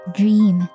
dream